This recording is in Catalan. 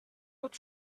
tot